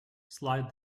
slide